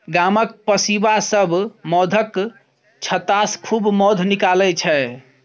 गामक पसीबा सब मौधक छत्तासँ खूब मौध निकालै छै